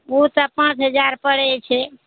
ओ तऽ पाँच हजार पड़ै छै